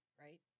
right